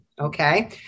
Okay